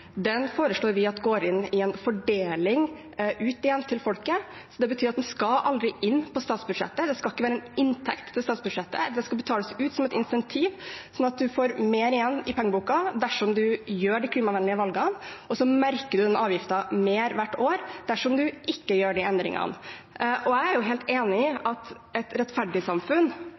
den økningen vi legger på bensinavgiften, går inn i en fordeling og ut igjen til folket. Det betyr at den aldri skal inn på statsbudsjettet, det skal ikke være en inntekt til statsbudsjettet. Det skal betales ut som et incentiv, sånn at man får mer igjen i pengeboken dersom man gjør de klimavennlige valgene, og så merker man den avgiften mer hvert år dersom man ikke gjør de endringene. Jeg er helt enig i at et rettferdig samfunn